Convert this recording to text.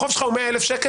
החוב שלך הוא 100,000 שקל,